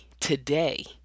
today